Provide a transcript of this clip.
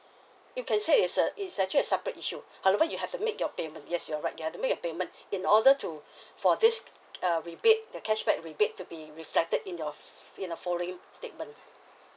you can say it's a it's actually a separate issue however you have to make your payment yes you are right you have to make a payment in order to for this uh rebate the cashback rebate to be reflected in your f~ in the following statement